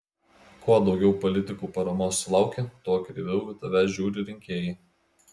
kuo daugiau politikų paramos sulauki tuo kreiviau į tave žiūri rinkėjai